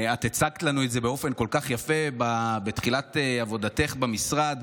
את הצגת לנו את זה באופן כל כך יפה בתחילת עבודתך במשרד,